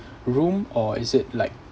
room or is it like